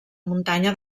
muntanya